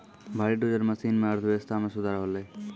भारी dozer machine सें अर्थव्यवस्था मे सुधार होलय